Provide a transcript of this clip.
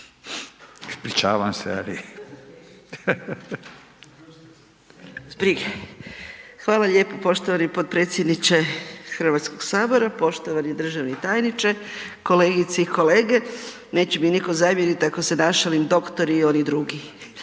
Anka (GLAS)** Hvala lijepa. Poštovani potpredsjedniče HS-a, poštovani državni tajniče, kolegice i kolege. Neće mi niko zamjerit ako se našalim doktori i oni drugi,